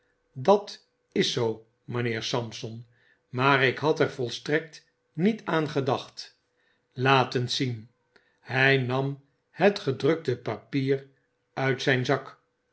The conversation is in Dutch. dat is zoo mijnheer sampson maar ik had er volstrekt niet aan gedacht laat eens zien hij nam het gedrukte papier uit zijn zak